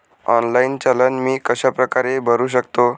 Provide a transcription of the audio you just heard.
Online चलन मी कशाप्रकारे भरु शकतो?